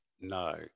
No